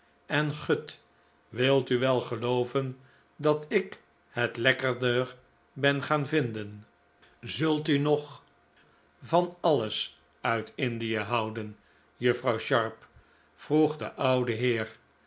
en gut wilt u wel gelooven dat ik het lekkerder ben gaan vinden zult u nog van alles uit indie houden juffrouw sharp vroeg de oude heer